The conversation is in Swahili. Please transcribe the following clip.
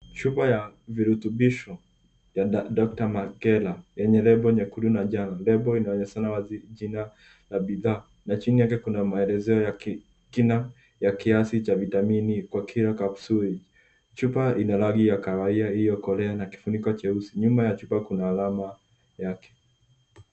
Chupa ya virutubisho ya da- Dr. Mercola yenye lebo nyekundu na njano. Lebo inaonyeshana wazi jina la bidhaa na chini yake kuna maelezeo ya ki- kina na kiasi cha vitamini kwa kila kapsuli. Chupa ina rangi ya kahawia iliyokolea na kifuniko cheusi. Nyuma ya chupa kuna alama yake.